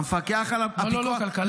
המפקח על ------ לא, לא, כלכלה.